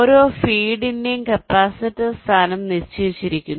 ഓരോ ഫീഡിന്റെയും കപ്പാസിറ്റർ സ്ഥാനം നിശ്ചയിച്ചിരിക്കുന്നു